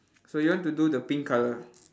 so you want to do the pink colour